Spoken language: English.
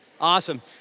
Awesome